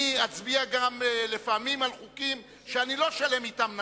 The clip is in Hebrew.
לפעמים אני אצביע גם על חוקים שאני לא שלם אתם נפשית,